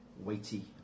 weighty